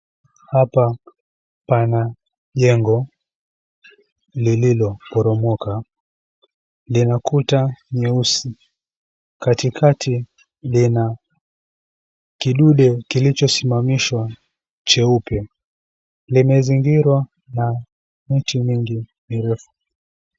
Hapa pana jengo, lililoporomoka. Lina kuta nyeusi. Katikati, lina kidude kilichosimamishwa cheupe. Limezingirwa na miti mingi mirefu.